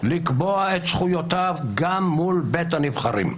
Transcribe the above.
לקבוע את זכויותיו גם מול בית הנבחרים,